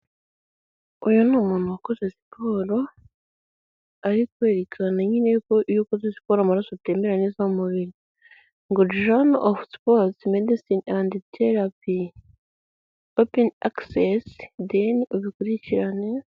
Uyu ni umuntu wakoze siporo, ari kwerekana nyine ko nyine iyo ukoze siporo amaraso atembera neza mu mubiri, ngo journal of sports medecine and therapy, then ubikurikirane.